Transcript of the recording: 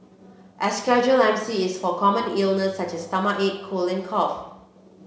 a casual M C is for common illness such as stomachache cold and cough